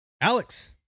Alex